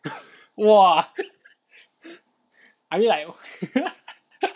!wah! I mean like